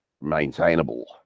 maintainable